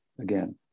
Again